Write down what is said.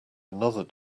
another